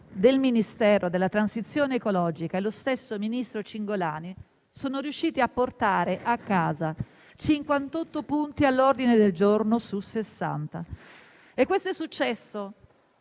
del Ministero della transizione ecologica e lo stesso ministro Cingolani sono riusciti a portare a casa 58 punti all'ordine del giorno su 60 e questo è un